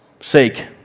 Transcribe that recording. sake